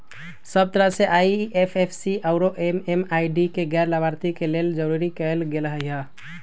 सब तरह से आई.एफ.एस.सी आउरो एम.एम.आई.डी के गैर लाभार्थी के लेल जरूरी कएल गेलई ह